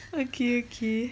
okay okay